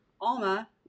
Alma